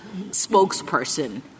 spokesperson